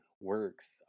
works